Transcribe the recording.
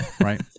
right